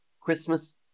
Christmas